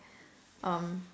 um